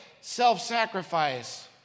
self-sacrifice